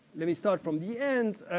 let me start from the end,